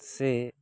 ସେ